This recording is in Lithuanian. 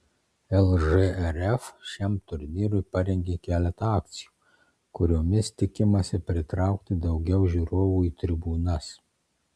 lžrf šiam turnyrui parengė keletą akcijų kuriomis tikimasi pritraukti daugiau žiūrovų į tribūnas